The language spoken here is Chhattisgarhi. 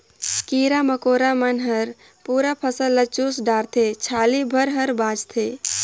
कीरा मकोरा मन हर पूरा फसल ल चुस डारथे छाली भर हर बाचथे